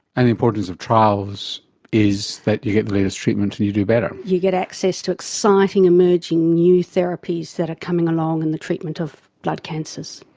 and the importance of trials is that you get the latest treatment and you do better. you get access to exciting emerging new therapies that are coming along in the treatment of blood cancers.